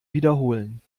wiederholen